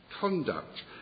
conduct